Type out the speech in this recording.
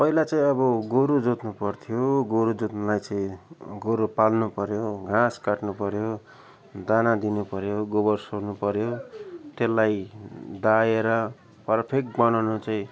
पहिला चाहिँ अब गोरु जोत्नु पर्थ्यो गोरु जोत्नुलाई चाहिँ गोरु पाल्नु पर्यो घाँस काट्नुपर्यो दाना दिनुपर्यो गोबर सोर्नुपर्यो त्यसलाई दाएर पर्फेक्ट बनाउनु चाहिँ